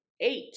eight